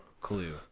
clue